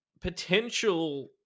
potential